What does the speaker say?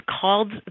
called